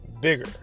bigger